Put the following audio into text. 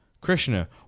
Krishna